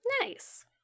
Nice